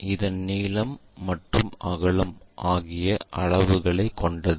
இதன் நீளம் மற்றும் அகலம் ஆகிய அளவுகளை கொண்டது